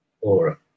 Aura